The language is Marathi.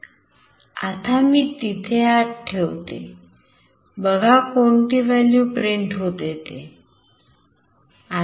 आता मी तिथे हात ठेवते बघा कोणती व्हॅल्यू प्रिंट होते ते